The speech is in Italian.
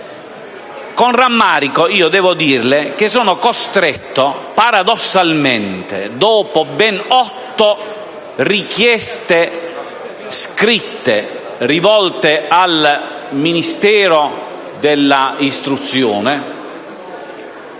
Con rammarico, devo dirle che sono costretto paradossalmente, dopo ben otto richieste scritte rivolte al Ministero dell’istruzione